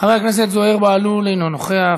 חבר הכנסת זוהיר בהלול, אינו נוכח.